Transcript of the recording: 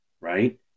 right